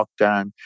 lockdown